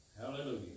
Hallelujah